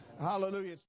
Hallelujah